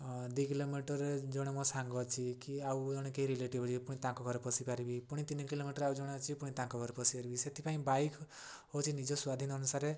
ଦୁଇ କିଲୋମିଟର୍ରେ ଜଣେ ମୋ ସାଙ୍ଗ ଅଛି କି ଆଉ ଜଣେ କିଏ ରିଲେଟିଭ୍ ଅଛି ପୁଣି ତାଙ୍କ ଘରେ ପଶିପାରିବି ପୁଣି ତିନି କିଲୋମିଟର୍ରେ ଆଉ ଜଣେ ଅଛି ପୁଣି ତାଙ୍କ ଘରେ ପଶିପାରିବି ସେଥିପାଇଁ ବାଇକ୍ ହେଉଛି ନିଜ ସ୍ୱାଧିନ୍ ଅନୁସାରେ ଯିବା ଆସିବା